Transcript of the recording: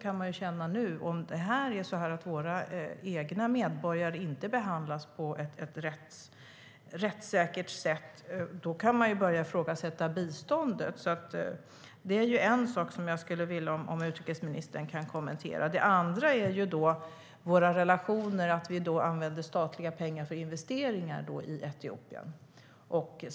kan jag känna att om våra egna medborgare inte behandlas på ett rättssäkert sätt kan man börja ifrågasätta biståndet. Det är en sak som jag skulle vilja att utrikesministern kommenterar. Det andra handlar om våra relationer och att vi använder statliga pengar för investeringar i Etiopien.